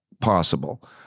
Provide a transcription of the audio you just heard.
possible